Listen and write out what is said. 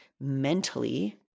mentally